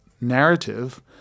narrative